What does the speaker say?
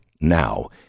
now